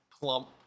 plump